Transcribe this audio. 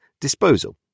Disposal